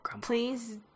please